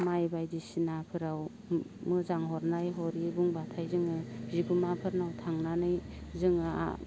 माइ बायदिसिनाफोराव मोजां हरनाय हरि बुंब्लाथाय जोङो बिगुमाफोरनाव थांनानै जोङो